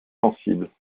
sensible